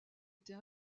était